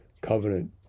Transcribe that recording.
covenant